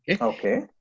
Okay